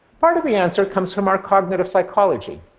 part of the answer comes from our cognitive psychology.